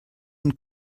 und